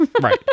right